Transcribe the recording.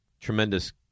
tremendous